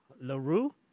LaRue